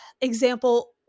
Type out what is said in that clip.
example